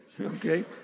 Okay